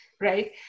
right